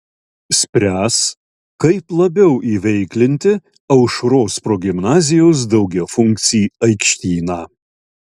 spręs kaip labiau įveiklinti aušros progimnazijos daugiafunkcį aikštyną